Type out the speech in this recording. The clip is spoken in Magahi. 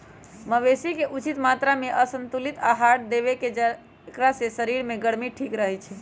मवेशी के उचित मत्रामें संतुलित आहार देबेकेँ जेकरा से शरीर के गर्मी ठीक रहै छइ